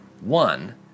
One